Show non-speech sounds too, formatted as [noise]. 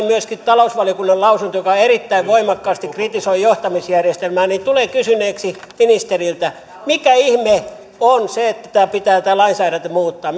[unintelligible] myöskin talousvaliokunnan lausunnon joka erittäin voimakkaasti kritisoi johtamisjärjestelmää niin tulen kysyneeksi ministeriltä mikä ihme on se että pitää tämä lainsäädäntö muuttaa [unintelligible]